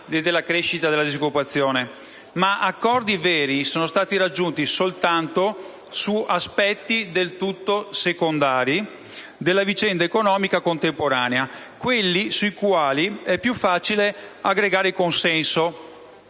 e di crescita della disoccupazione, ma accordi veri sono stati raggiunti soltanto su aspetti del tutto secondari della vicenda economica contemporanea, quelli sui quali è più facile aggregare il consenso,